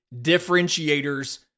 differentiators